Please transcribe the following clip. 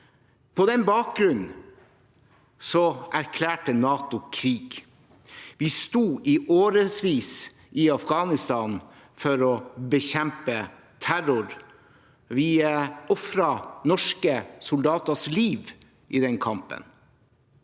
På den bakgrunn erklærte NATO krig. Vi sto i årevis i Afghanistan for å bekjempe terror. Vi ofret norske soldaters liv i den kampen.